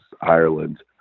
Ireland